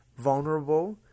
vulnerable